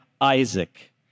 Isaac